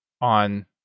on